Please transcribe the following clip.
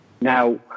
Now